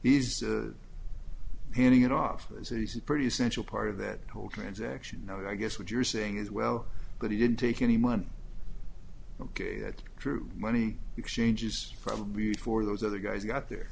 he's he's handing it off as he's a pretty essential part of that whole transaction i guess what you're saying is well but he didn't take any money ok that's true money exchanges probably for those other guys got there